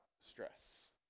stress